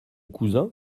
cousin